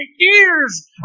ears